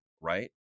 Right